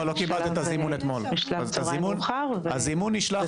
לא, לא קיבלת את הזימון אתמול.